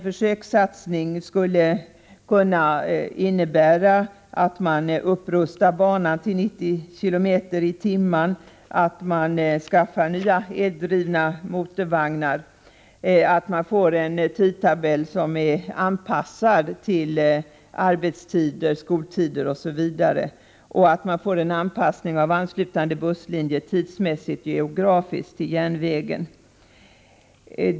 Försökssatsningen skulle innebära att man rustade upp banan till hastigheten 90 kilometer per timme, skaffade nya eldrivna motorvagnar, fick en tidtabell som är anpassad till arbetstider, skoltider, osv. och att man fick en anpassning av anslutande busslinjer tidsmässigt och geografiskt till järnvägen.